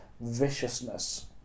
viciousness